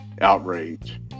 outrage